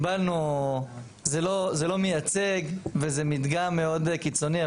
זה לא מייצג וזה מדגם מאוד קיצוני,